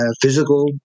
physical